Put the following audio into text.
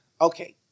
okay